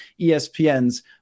ESPN's